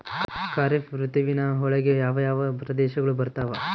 ಖಾರೇಫ್ ಋತುವಿನ ಒಳಗೆ ಯಾವ ಯಾವ ಪ್ರದೇಶಗಳು ಬರ್ತಾವ?